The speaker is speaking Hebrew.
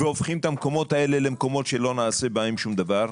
והופכים את המקומות האלה למקומות שלא נעשה בהם שום דבר.